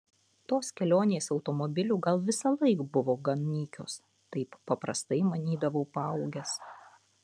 tos kelionės automobiliu gal visąlaik buvo gan nykios taip paprastai manydavau paaugęs